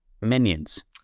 Minions